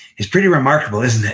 it's pretty remarkable, isn't